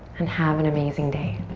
and have an amazing day.